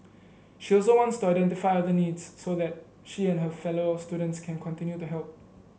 she also wants to identify other needs so that she and her fellow students can continue to help